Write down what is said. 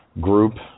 group